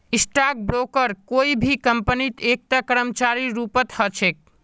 stock broker कोई भी कम्पनीत एकता कर्मचारीर रूपत ह छेक